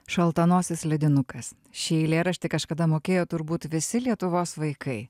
šaltanosis ledinukas šį eilėraštį kažkada mokėjo turbūt visi lietuvos vaikai